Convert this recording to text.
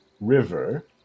river